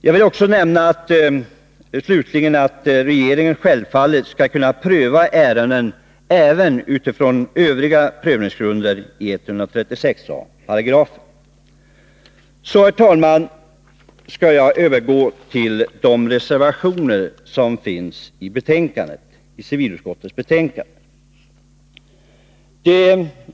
Jag vill också nämna att regeringen självfallet skall kunna pröva ärendena även utifrån övriga prövningsgrunder i 136 a §. Nu, herr talman, skall jag övergå till de reservationer som är fogade till civilutskottets betänkande.